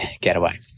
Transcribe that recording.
getaway